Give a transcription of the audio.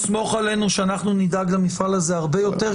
סמוך עלינו שאנחנו נדאג למפעל הזה הרבה יותר